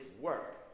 work